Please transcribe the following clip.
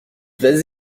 vas